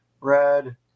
red